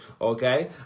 Okay